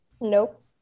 Nope